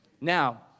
Now